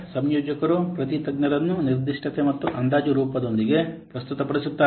ಸಂಯೋಜಕರು ಪ್ರತಿ ತಜ್ಞರನ್ನು ನಿರ್ದಿಷ್ಟತೆ ಮತ್ತು ಅಂದಾಜು ರೂಪದೊಂದಿಗೆ ಪ್ರಸ್ತುತಪಡಿಸುತ್ತಾರೆ